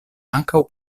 ankaŭ